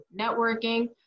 networking